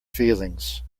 feelings